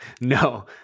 No